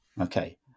okay